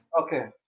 okay